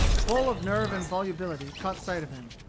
full of nerve and volubility, caught sight of him.